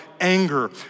anger